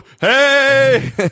Hey